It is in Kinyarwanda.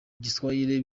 giswahili